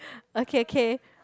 okay okay